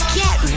get